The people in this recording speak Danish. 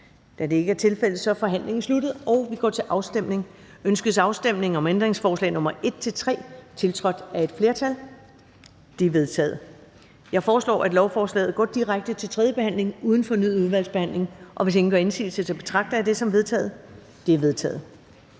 for eller imod stemte 0. Ændringsforslaget er forkastet. Ønskes afstemning om ændringsforslag nr. 15-19, tiltrådt af udvalget? De er vedtaget. Jeg foreslår, at lovforslaget går direkte til tredje behandling uden fornyet udvalgsbehandling. Hvis ingen gør indsigelse, betragter jeg dette som vedtaget. Det er vedtaget.